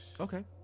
Okay